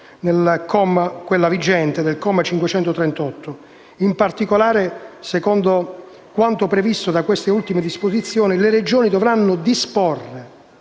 al comma 538. In particolare, secondo quanto previsto da queste ultime disposizioni, le Regioni dovranno disporre